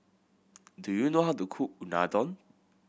do you know how to cook Unadon